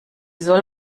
soll